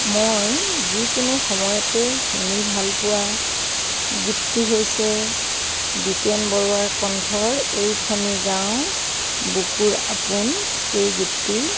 মই যিকোনো সময়তেই শুনি ভাল পোৱা গীতটি হৈছে দ্বীপেন বৰুৱাৰ কণ্ঠৰ এইখনি গাঁও বুকুৰ আপোন এই গীতটি